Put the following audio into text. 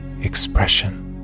expression